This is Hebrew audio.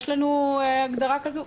יש לנו הגדרה כזו?